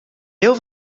deel